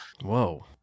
Whoa